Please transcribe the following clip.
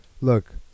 Look